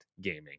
gaming